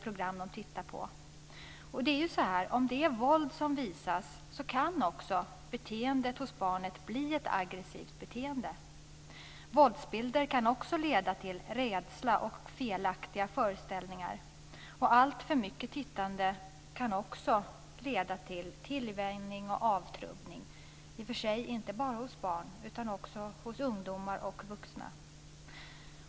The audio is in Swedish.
Om det är våld som visas kan barnets beteende bli aggressivt. Våldsbilder kan också leda till rädsla och felaktiga föreställningar. Alltför mycket TV-tittande kan dessutom leda till tillvänjning och avtrubbning, i och för sig inte bara hos barn utan också hos ungdomar och vuxna.